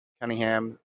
Cunningham